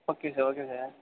okay sir okay sir